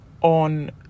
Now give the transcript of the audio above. on